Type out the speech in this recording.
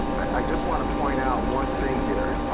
i just want to point out one thing here.